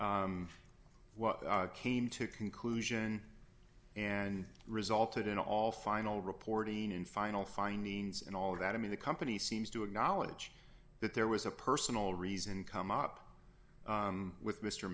came to a conclusion and resulted in all final reporting and final findings and all of that i mean the company seems to acknowledge that there was a personal reason come up with mr